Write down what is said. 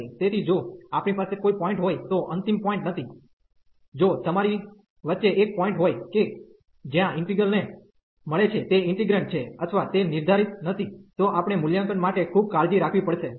તેથી જો આપણી પાસે કોઈ પોઇન્ટ હોય તો અંતિમ પોઇન્ટ નથી જો તમારી વચ્ચે એક પોઇન્ટ હોય કે જ્યાં ઇન્ટિગ્રલ ને મળે છે તે ઈન્ટિગ્રેન્ડ છે અથવા તે નિર્ધારિત નથી તો આપણે મૂલ્યાંકન માટે ખૂબ કાળજી રાખવી પડશે